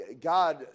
God